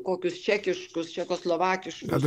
kokius čekiškus čekoslovakiškus